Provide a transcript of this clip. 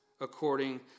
according